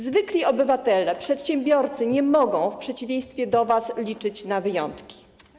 Zwykli obywatele, przedsiębiorcy nie mogą w przeciwieństwie do was liczyć na wyjątki.